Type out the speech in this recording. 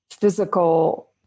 physical